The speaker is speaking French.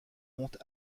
monte